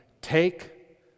take